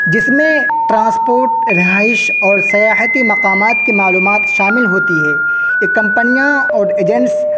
جس میں ٹرانسپوٹ رہائش اور سیاحتی مقامات کی معلومات شامل ہوتی ہے یہ کمپنیاں اور ایجنٹس